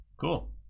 cool